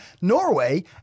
Norway